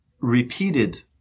repeated